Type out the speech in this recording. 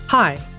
Hi